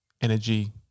energy